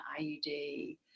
IUD